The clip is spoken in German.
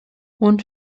und